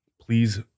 please